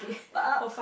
but